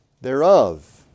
thereof